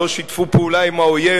לא שיתפו פעולה עם האויב,